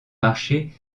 marché